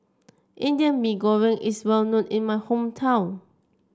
Indian Mee Goreng is well known in my hometown